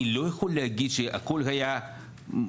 אני לא יכול להגיד שהכל היה מובן,